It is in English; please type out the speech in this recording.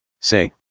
Say